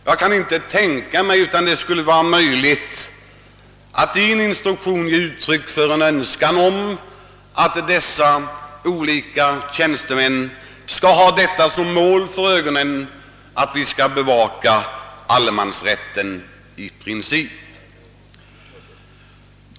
Jag kan inte tänka mig annat än att det skulle vara möjligt att i en instruktion ge klart uttryck för en önskan att dess olika tjänstemän som ett mål för sin verksamhet skall ha att bevaka allemansrättens principer.